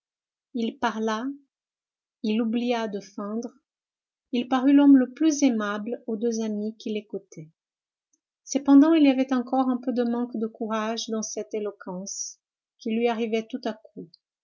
il parla il oublia de feindre il parut l'homme le plus aimable aux deux amies qui l'écoutaient cependant il y avait encore un peu de manque de courage dans cette éloquence qui lui arrivait tout à coup